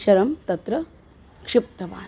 शरं तत्र क्षिप्तवान्